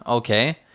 Okay